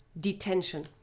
detention